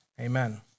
Amen